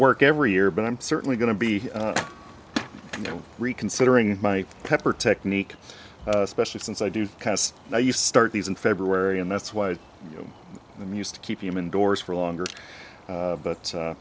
work every year but i'm certainly going to be reconsidering my pepper technique especially since i do because now you start these in february and that's why i used to keep human doors for longer but